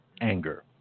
anger